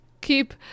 keep